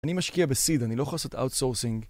אני משקיע בסיד, אני לא יכול לעשות אוטסורסינג.